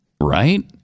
Right